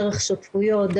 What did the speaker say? דרך שותפויות,